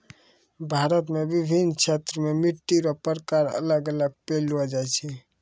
भारत मे विभिन्न क्षेत्र मे मट्टी रो प्रकार अलग अलग पैलो जाय छै